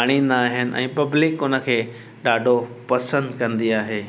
आणींदा आहिनि ऐं पब्लिक उनखे ॾाढो पसंदि कंदी आहे